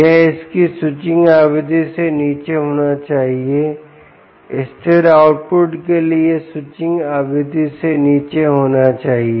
यह इस की स्विचिंग आवृत्ति से नीचे होना चाहिए स्थिर आउटपुट के लिए यह स्विचिंग आवृत्ति से नीचे होना चाहिए